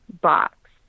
box